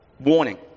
Warning